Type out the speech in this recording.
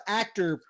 actor